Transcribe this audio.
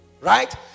Right